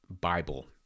Bible